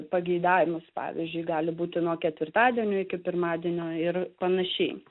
pageidavimus pavyzdžiui gali būti nuo ketvirtadienio iki pirmadienio ir panašiai